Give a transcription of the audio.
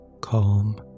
Calm